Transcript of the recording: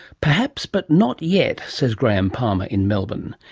perhaps, but not yet, says graham palmer in melbourne.